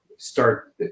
start